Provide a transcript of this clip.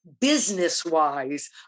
business-wise